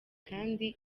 kandi